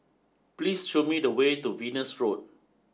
please show me the way to Venus Road